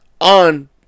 on